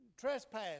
trespass